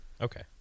Okay